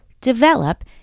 develop